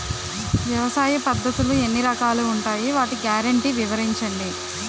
వ్యవసాయ పద్ధతులు ఎన్ని రకాలు ఉంటాయి? వాటి గ్యారంటీ వివరించండి?